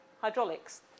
hydraulics